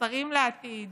והשרים לעתיד